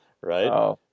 right